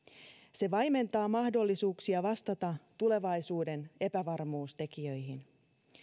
se vaimentaa mahdollisuuksia vastata tulevaisuuden epävarmuustekijöihin